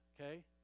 okay